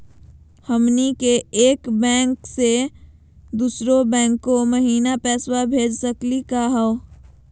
हमनी के एक बैंको स दुसरो बैंको महिना पैसवा भेज सकली का हो?